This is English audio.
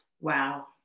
Wow